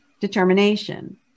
determination